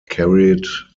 carried